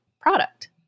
product